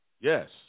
Yes